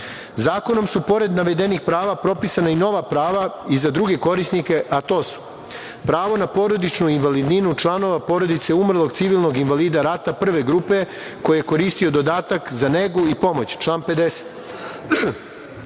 zemlje. Zakonom su, pored navedenih prava, propisana i nova prava i za druge korisnike, a to su: prvo, pravo na porodičnu invalidninu članova porodice umrlog civilnog invalida rata prve grupe koji je koristio dodatak za negu i pomoć, član 50,